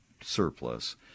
surplus